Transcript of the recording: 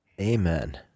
Amen